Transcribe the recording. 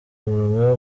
munwa